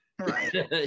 Right